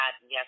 yes